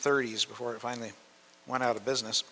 thirty s before it finally went out of business